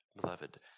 Beloved